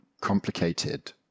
complicated